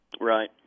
Right